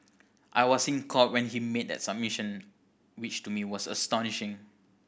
I was in Court when he made that submission which to me was astonishing